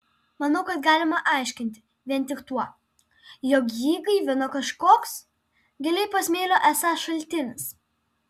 manau kad galima aiškinti vien tik tuo jog jį gaivino kažkoks giliai po smėliu esąs šaltinis